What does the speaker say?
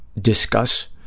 discuss